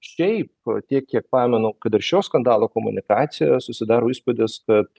šiaip tiek kiek pamenu kad ir šio skandalo komunikacijoj susidaro įspūdis kad